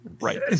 right